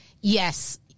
yes